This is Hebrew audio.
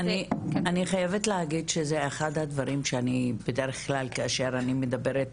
אני חייבת להגיד שזה אחד הדברים שבדרך כלל כאשר אני מדברת